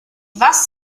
was